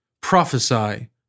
Prophesy